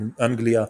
אנגליה,